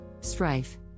strife